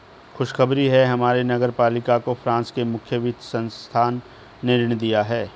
खुशखबरी है हमारे नगर पालिका को फ्रांस के मुख्य वित्त संस्थान ने ऋण दिया है